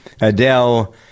Adele